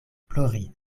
plori